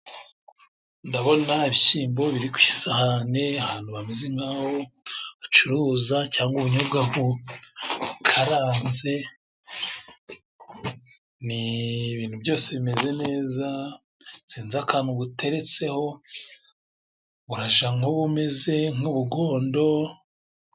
Ndabona ibishyimbo biri ku isahani ahantu bameze nk'aho bacuruza, cyangwa ubunyobwa bukaranze, ni ibintu byose bimeze neza, sinzi akantu buteretseho, uraja nk'ubumeze nk'urugodo...